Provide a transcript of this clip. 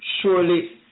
surely